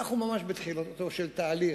אנחנו ממש בתחילתו של תהליך.